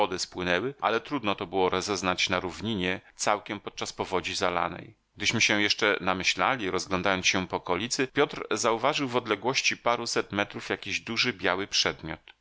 wody spłynęły ale trudno to było rozeznać na równinie całkiem podczas powodzi zalanej gdyśmy się jeszcze namyślali rozglądając się po okolicy piotr zauważył w odległości paruset metrów jakiś duży biały przedmiot